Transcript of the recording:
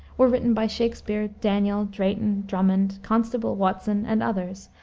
were written by shakspere, daniel, drayton, drummond, constable, watson, and others,